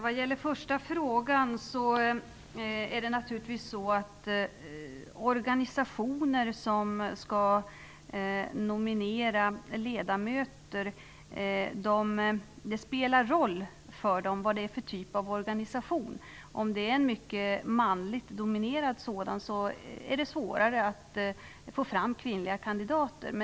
Herr talman! Vad gäller den första frågan spelar det roll vad det är för typ av organisation. Från en mycket manligt dominerad organisation är det svårare att få fram kvinnliga kandidater.